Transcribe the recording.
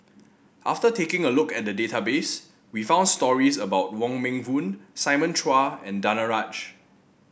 after taking a look at the database we found stories about Wong Meng Voon Simon Chua and Danaraj